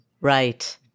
Right